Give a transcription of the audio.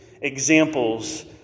examples